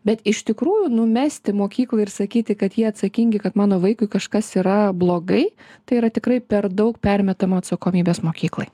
bet iš tikrųjų numesti mokyklai ir sakyti kad jie atsakingi kad mano vaikui kažkas yra blogai tai yra tikrai per daug permetama atsakomybės mokyklai